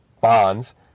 bonds